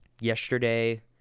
yesterday